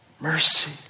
mercy